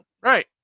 right